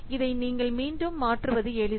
இதை நீங்கள் மீண்டும் மாற்றுவது எளிது